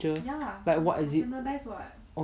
picture like what is it